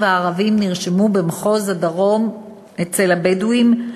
הערבים נרשמו במחוז הדרום אצל הבדואים,